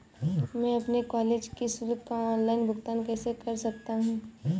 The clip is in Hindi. मैं अपने कॉलेज की शुल्क का ऑनलाइन भुगतान कैसे कर सकता हूँ?